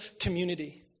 community